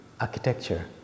architecture